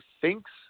thinks